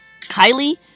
Kylie